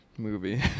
movie